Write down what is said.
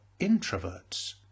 introverts